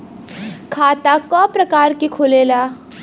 खाता क प्रकार के खुलेला?